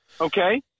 Okay